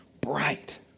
bright